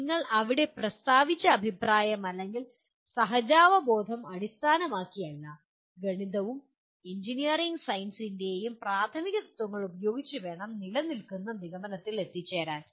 നിങ്ങൾ അവിടെ പ്രസ്താവിച്ച അഭിപ്രായം അല്ലെങ്കിൽ സഹജാവബോധം അടിസ്ഥാനമാക്കി അല്ല ഗണിതവും എഞ്ചിനീയറിംഗ് സയൻസസിന്റെയും പ്രാഥമിക തത്ത്വങ്ങൾ ഉപയോഗിച്ച് വേണം നിലനില്ക്കുന്ന നിഗമനത്തിൽ എത്താൻ